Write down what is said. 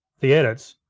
the edits,